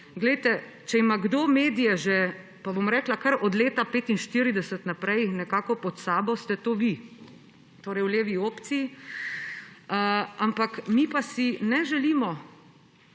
Glejte, če ima kdo medije že kar od leta 1945 naprej, nekako pod sabo, ste to vi, torej v levi opciji. Ampak, mi pa si ne želimo